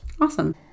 awesome